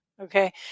Okay